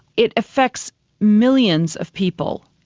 it affects millions of people,